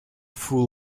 fool